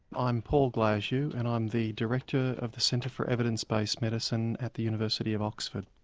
i'm paul glasziou and i'm the director of the centre for evidence based medicine at the university of oxford.